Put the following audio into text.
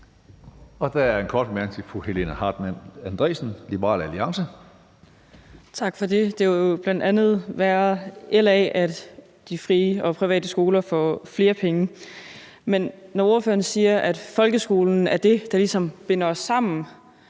er en kort bemærkning til fru Helena Artmann Andresen, Liberal Alliance. Kl. 15:43 Helena Artmann Andresen (LA): Tak for det. Det er jo bl.a. takket være LA, at de frie og private skoler får flere penge. Men når ordføreren siger, at folkeskolen er det, der ligesom binder os sammen,